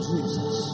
Jesus